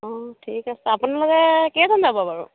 অ' ঠিক আছে আপোনালোকে কেইজন যাব বাৰু